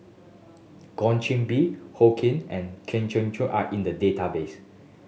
Goh Qiu Bin Wong Keen and Kwok Kian Chow are in the database